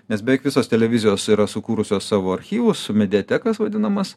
nes beveik visos televizijos yra sukūrusios savo archyvus mediatekas vadinamas